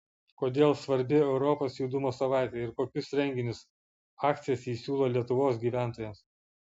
kodėl svarbi europos judumo savaitė ir kokius renginius akcijas ji siūlo lietuvos gyventojams